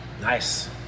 Nice